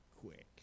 quick